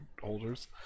holders